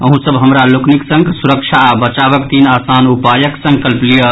अहूँ सब हमरा लोकनिक संग सुरक्षा आ बचावक तीन आसान उपायके संकल्प लियऽ